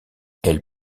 elle